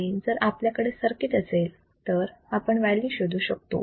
आणि जर आपल्याकडे सर्किट असेल तर आपण व्हॅल्यू शोधू शकतो